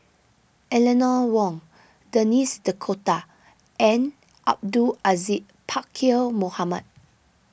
Eleanor Wong Denis D'Cotta and Abdul Aziz Pakkeer Mohamed